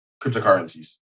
cryptocurrencies